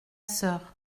sœur